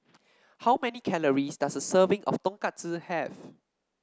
how many calories does a serving of Tonkatsu have